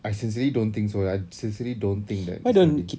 I sincerely don't think so lah seriously don't think that it's gonna be